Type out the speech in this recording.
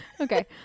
okay